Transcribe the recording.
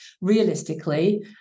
realistically